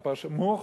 מוח?